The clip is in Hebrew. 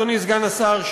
אדוני סגן השר,